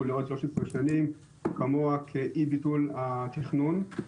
לעוד 13 שנים כמוה כאי ביטול התכנון.